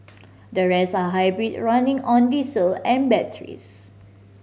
the rest are hybrid running on diesel and batteries